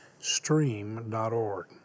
Stream.org